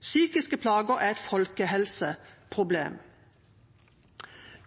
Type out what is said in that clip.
Psykiske plager er et folkehelseproblem.